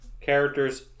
characters